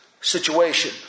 situation